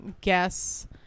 guess